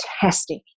fantastic